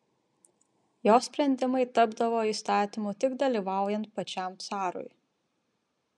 jo sprendimai tapdavo įstatymu tik dalyvaujant pačiam carui